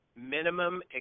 minimum